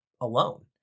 alone